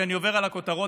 כשאני עובר על הכותרות,